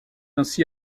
ainsi